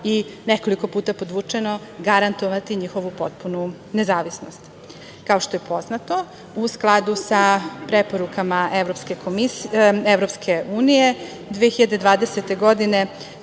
i nekoliko puta podvučeno, garantovati njihovu potpunu nezavisnost. Kao što je poznato, u skladu sa preporukama Evropske unije, 2020. godine